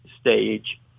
stage